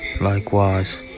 Likewise